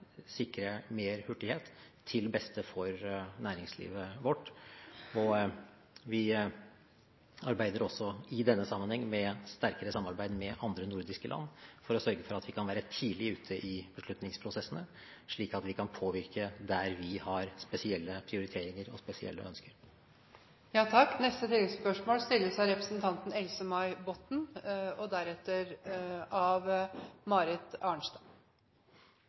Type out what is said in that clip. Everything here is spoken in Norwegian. sikre mer hurtighet, til beste for næringslivet vårt. Vi arbeider også i denne sammenheng med et sterkere samarbeid med andre nordiske land for å sørge for at vi kan være tidlig ute i beslutningsprosessene, slik at vi kan påvirke der vi har spesielle prioriteringer og spesielle ønsker. Det blir oppfølgingsspørsmål – Else-May Botten. Flere næringer rammes nå av